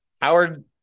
Howard